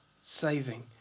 saving